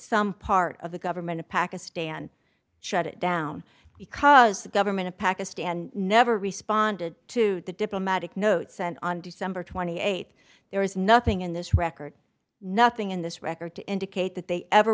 some part of the government of pakistan shut it down because the government of pakistan never responded to the diplomatic note sent on december th there is nothing in this record nothing in this record to indicate that they ever